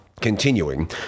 continuing